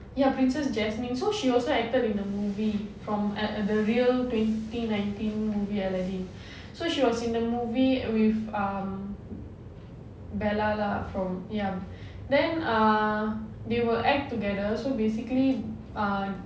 ya princess jasmine so she also acted in the movie from the real twenty nineteen movie aladdin so she was in the movie with um bella lah from ya then err they will act together so basically uh